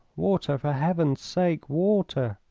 water, for heaven's sake, water!